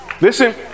Listen